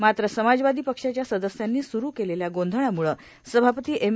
मात्र समाजवादी पक्षाच्या सदस्यांनी सुरू केलेल्या गोंधळामुळ सभापती एम